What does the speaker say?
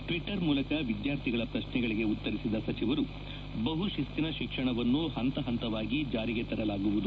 Twitter ಮೂಲಕ ವಿದ್ಯಾರ್ಥಿಗಳ ಪ್ರಶ್ನೆಗಳಿಗೆ ಉತ್ತರಿಸಿದ ಸಚಿವರು ಬಹು ಶಿಸ್ತಿನ ಶಿಕ್ಷಣವನ್ನು ಹಂತ ಹಂತವಾಗಿ ಜಾರಿಗೆ ತರಲಾಗುವುದು